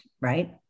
right